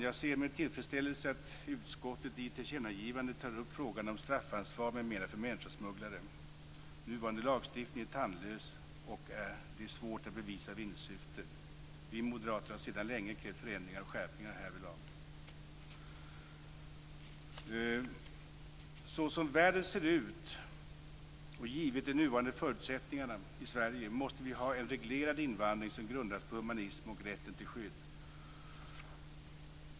Jag ser med tillfredsställelse att utskottet i ett tillkännagivande tar upp frågan om straffansvar m.m. för människosmugglare. Nuvarande lagstiftning är tandlös, och det är svårt att bevisa vinstsyfte. Vi moderater har sedan länge krävt förändringar och skärpning härvidlag. Så som världen ser ut och givet de nuvarande förutsättningarna i Sverige måste vi ha en reglerad invandring som grundas på humanism och rätten till skydd.